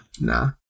Nah